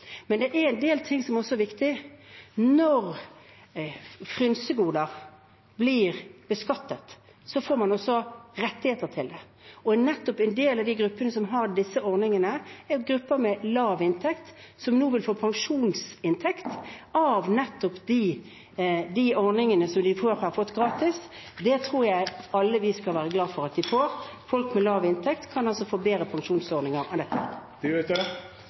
Men en del ting er viktige. Når frynsegoder blir beskattet, får man også rettigheter. En del av gruppene som har disse ordningene, er grupper med lav inntekt som nå vil få pensjonsinntekt av nettopp de ordningene som de før har fått gratis. Det tror jeg vi alle skal være glade for at de får. Folk med lav inntekt kan få bedre pensjonsordninger med dette. Tida er ute.